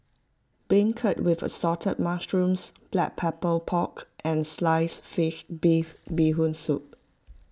Beancurd with Assorted Mushrooms Black Pepper Pork and Sliced Fish beef Bee Hoon Soup